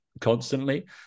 constantly